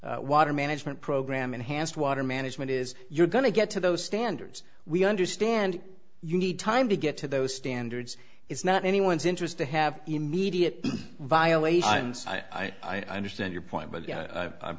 this water management program enhanced water management is you're going to get to those standards we understand you need time to get to those standards it's not in anyone's interest to have immediate violation and i understand your point but